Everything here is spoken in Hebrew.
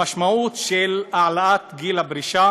המשמעות של העלאת גיל הפרישה